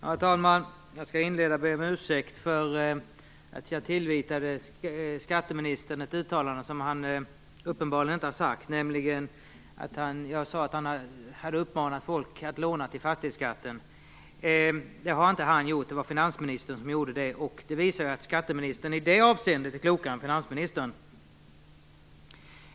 Herr talman! Jag skall inleda med att be skatteministern om ursäkt för att jag tillvitade honom ett uttalande som han uppenbarligen inte har gjort. Jag sade att han hade uppmanat folk att låna till fastighetsskatten. Det har han inte gjort. Det var finansministern som gjorde det, och det visar att skatteministern i det avseendet är klokare än finansministern.